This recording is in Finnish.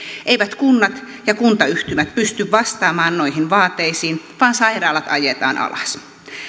eivät kunnat ja kuntayhtymät pysty vastaamaan noihin vaateisiin vaan sairaalat ajetaan alas